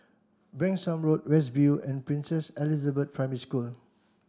Branksome Road West View and Princess Elizabeth Primary School